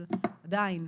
אבל עדיין.